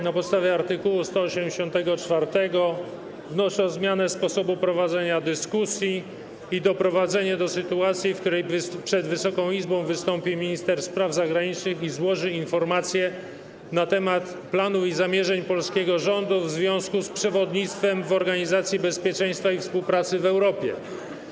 Na podstawie art. 184 wnoszę o zmianę sposobu prowadzenia dyskusji i doprowadzenie do sytuacji, w której przed Wysoką Izbą wystąpi minister spraw zagranicznych i złoży informację na temat planu i zamierzeń polskiego rządu w związku z przewodnictwem w Organizacji Bezpieczeństwa i Współpracy w Europie.